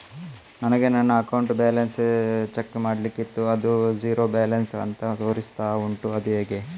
ನನಗೆ ನನ್ನ account balance check ಮಾಡ್ಲಿಕ್ಕಿತ್ತು ಅದು ಝೀರೋ ಬ್ಯಾಲೆನ್ಸ್ ಅಂತ ತೋರಿಸ್ತಾ ಉಂಟು ಅದು ಹೇಗೆ?